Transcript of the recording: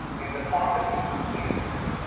and the pharmacy you choose.